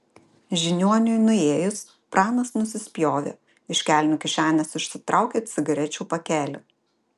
žiniuoniui nuėjus pranas nusispjovė iš kelnių kišenės išsitraukė cigarečių pakelį